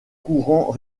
courants